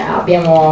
abbiamo